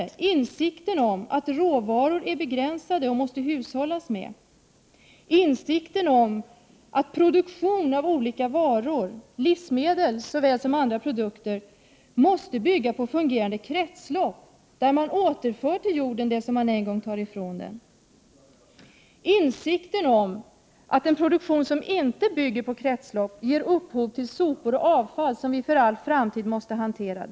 Det gäller insikten om att råvaror är begränsade och att man måste hushålla med dem, insikten om att produktion av olika varor — såväl livsmedel som andra produkter — måste bygga på fungerande kretslopp, där man återför till jorden det som man en gång har tagit ifrån den, insikten om att en produktion som inte bygger på kretslopp ger upphov till sopor och avfall som vi för all framtid måste hantera.